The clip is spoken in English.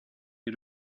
you